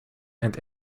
and